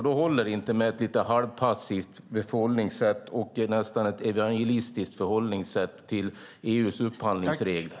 Då håller det inte med ett lite halvpassivt och nästan evangelistiskt förhållningssätt till EU:s upphandlingsregler.